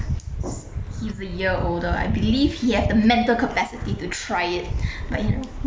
he's a year older I believe he have the mental capacity to try it but you know